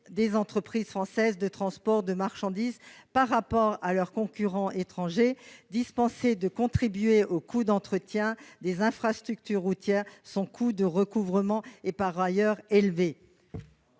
des entreprises françaises de transport de marchandises par rapport à leurs concurrents étrangers, dispensés de contribuer aux coûts d'entretien des infrastructures routières. Son coût de recouvrement est par ailleurs élevé.